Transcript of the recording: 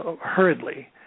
hurriedly